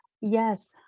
Yes